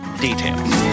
details